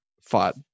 fought